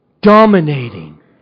dominating